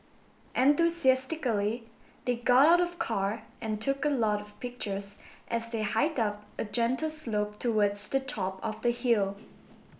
enthusiastically they got out of car and took a lot of pictures as they hiked up a gentle slope towards the top of the hill